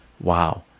wow